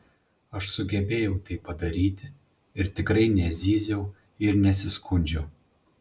aš sugebėjau tai padaryti ir tikrai nezyziau ir nesiskundžiau